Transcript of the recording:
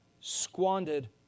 squandered